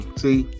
see